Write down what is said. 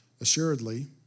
Assuredly